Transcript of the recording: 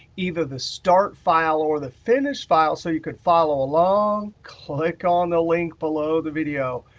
either the start file or the finish file so you could follow along, click on the link below the video.